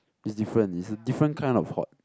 it's different it's a different kind of hot